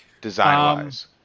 design-wise